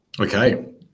Okay